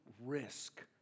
risk